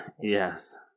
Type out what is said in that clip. Yes